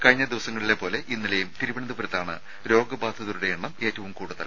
കഴിഞ്ഞ ദിവസങ്ങളിലെ പോലെ ഇന്നലെയും തിരുവനന്തപുരത്താണ് രോഗബാധിതരുടെ എണ്ണം ഏറ്റവും കൂടുതൽ